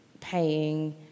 paying